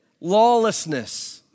lawlessness